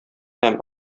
һәм